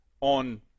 on